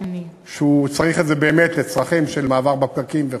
כשהוא צריך את זה באמת לצרכים של מעבר בפקקים וכו'.